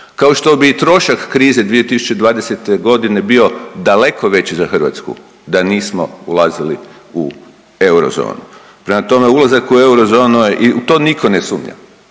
kao što bi i trošak krize 2020. g. bio daleko veći za Hrvatsku da nismo ulazili u eurozonu. Prema tome, ulazak u eurozonu je, to nitko ne sumnja.